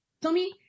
Tommy